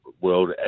world